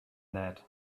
that